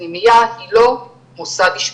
פנימייה היא לא מוסד אשפוזי,